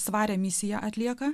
svarią misiją atlieka